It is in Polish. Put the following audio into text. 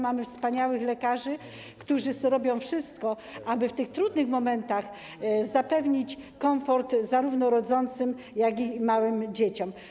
Mamy wspaniałych lekarzy, którzy zrobią wszystko, aby w tych trudnych momentach zapewnić komfort zarówno rodzącym, jak i małym dzieciom.